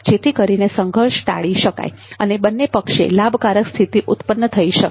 જેથી કરીને સંઘર્ષને ટાળી શકાય અને બંને પક્ષે લાભકારક સ્થિતિ ઉત્પન્ન થઇ શકે